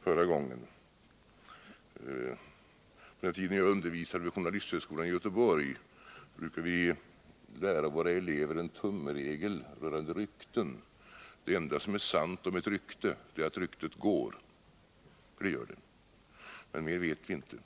förra gången. På den tiden jag undervisade vid journalisthögskolan i Göteborg brukade vi lära våra elever en tumregel rörande rykten: Det enda som är sant om ett rykte är att det går, för det gör det. Men mer vet vi inte.